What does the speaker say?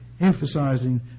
emphasizing